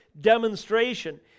demonstration